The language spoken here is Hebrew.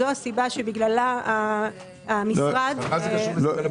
זו הסיבה בגללה המשרד מטפל.